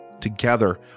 Together